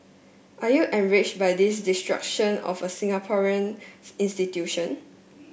are you enraged by this destruction of a Singaporean institution